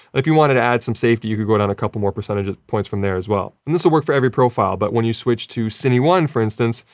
if you wanted to add some safety, you could go down a couple more percentage points from there as well. and this will work for every profile, but when you switch to c i n e one, for instance,